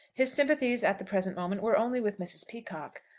his sympathies at the present moment were only with mrs. peacocke.